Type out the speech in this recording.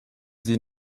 sie